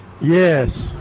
Yes